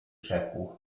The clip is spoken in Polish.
rzekł